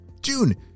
June